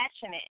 passionate